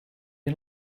you